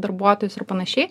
darbuotojus ir panašiai